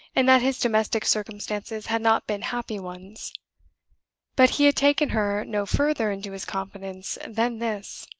and that his domestic circumstances had not been happy ones but he had taken her no further into his confidence than this.